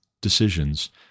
decisions